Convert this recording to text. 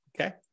okay